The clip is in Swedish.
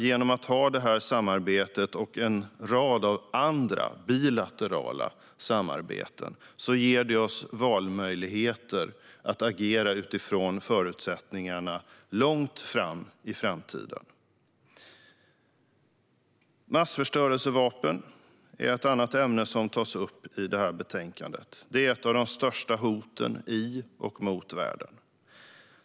Genom att ha detta samarbete och en rad andra, bilaterala samarbeten får vi valmöjligheter så att vi kan agera utifrån förutsättningarna långt in i framtiden. Massförstörelsevapen är ett annat ämne som tas upp i detta betänkande. Det är ett av de största hoten i och mot världen.